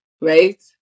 right